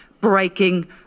breaking